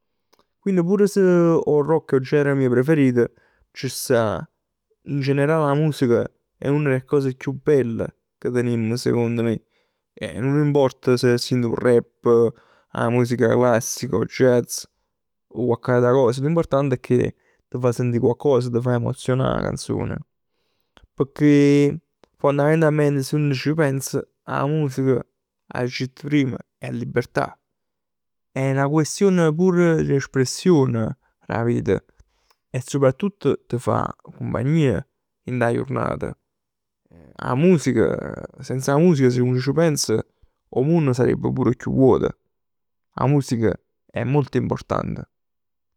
Chill pur si 'o rock è 'o genere mij preferit, ci sta in generale a musica è una d' 'e cose chiù belle che tenimm secondo me. E nun importa se t' sient 'o rap, 'a musica classica, 'o jazz, o cocch'ata cos. L'importante è che t' fa sentì coccos, t' fa emozionà 'a canzone. Pecchè fondamentalmente si uno ci pensa, 'a musica agg ditt prim è libertà. È 'na questione pur 'e espressione d' 'a vita. E soprattutto t' fa cumpagnia dint 'a jurnat. 'A musica, senza 'a musica, si uno ci pensa 'o munn sarebbe pur chiù vuoto. 'A musica è molto importante.